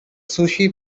sushi